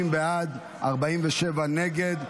30 בעד, 47 נגד.